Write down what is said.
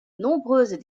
nombreuses